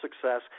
success